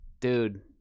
Dude